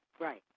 Right